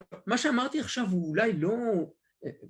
מה שאמרתי עכשיו הוא אולי לא...